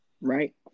Right